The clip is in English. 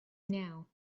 now